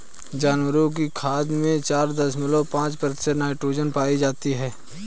जानवरों की खाद में चार दशमलव पांच प्रतिशत नाइट्रोजन पाई जाती है